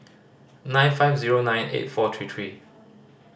nine five zero nine eight four three three